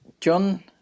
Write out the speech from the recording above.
John